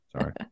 Sorry